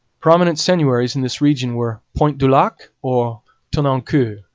prominent seigneuries in this region were pointe du lac or tonnancour,